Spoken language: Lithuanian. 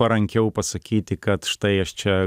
parankiau pasakyti kad štai aš čia